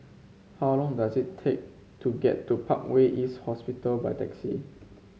how long does it take to get to Parkway East Hospital by taxi